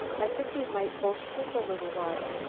i think we might both sleep a little while.